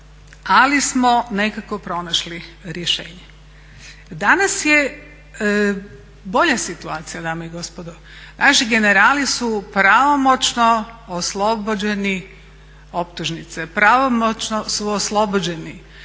ali smo nekako pronašli rješenje. Danas je bolja situacija dame i gospodo, naši generali su pravomoćno oslobođeni optužnice, pravomoćno su oslobođeni.